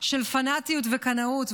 של פנטיות וקנאות.